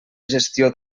gestió